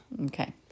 Okay